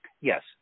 Yes